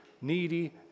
needy